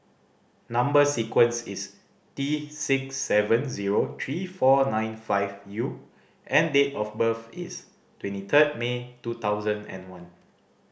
number sequence is T six seven zero three four nine five U and date of birth is twenty third May two thousand and one